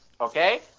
Okay